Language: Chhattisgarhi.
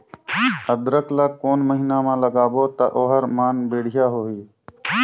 अदरक ला कोन महीना मा लगाबो ता ओहार मान बेडिया होही?